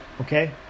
okay